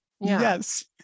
yes